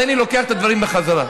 הריני לוקח את הדברים בחזרה.